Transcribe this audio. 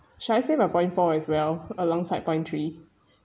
should I say my point four as well alongside point three